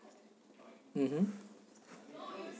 mmhmm